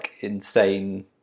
insane